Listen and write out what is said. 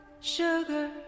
Sugar